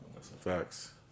facts